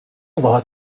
باهات